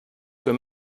für